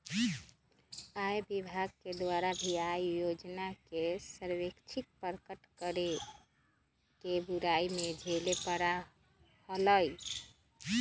आय विभाग के द्वारा भी आय योजना के स्वैच्छिक प्रकट करे के बुराई के झेले पड़ा हलय